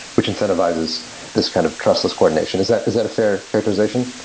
which incentivizes this kind of trust as coordination. is that is that a fair characterization?